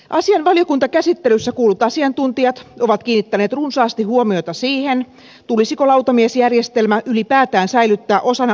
asian valiokuntakäsittelyssä kuullut asiantuntijat ovat kiinnittäneet runsaasti huomiota siihen tulisiko lautamiesjärjestelmä ylipäätään säilyttää osana oikeudenhoitoa vai ei